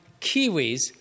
kiwis